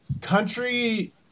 country